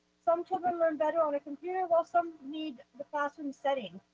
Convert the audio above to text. some children learn better on a computer, while some need the classroom setting.